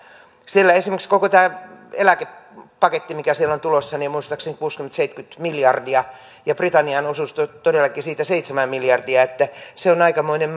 sillä esimerkiksi koko tämä eläkepaketti mikä sieltä on tulossa on muistaakseni kuusikymmentä viiva seitsemänkymmentä miljardia ja britannian osuus siitä on todellakin seitsemän miljardia että se on aikamoinen